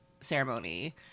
ceremony